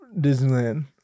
Disneyland